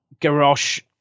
Garrosh